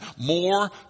more